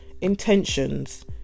intentions